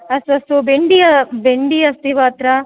अस्तु अस्तु भेण्डी भेण्डी अस्ति वा अत्र